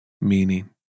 meaning